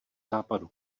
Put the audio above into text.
západu